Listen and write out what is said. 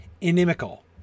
inimical